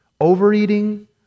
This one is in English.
overeating